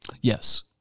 Yes